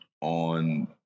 on